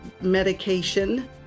medication